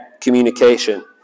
communication